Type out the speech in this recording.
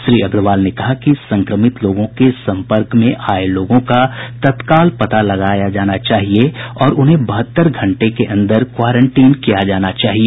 श्री अग्रवाल ने कहा कि संक्रमित लोगों के सम्पर्क में आये लोगों का तत्काल पता लगाना चाहिए और उन्हें बहत्तर घंटे के अंदर क्वारेंटीन किया जाना चाहिए